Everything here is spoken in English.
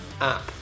app